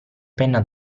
penna